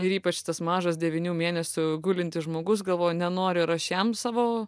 ir ypač šitas mažas devynių mėnesių gulintis žmogus galvoju nenoriu ir aš jam savo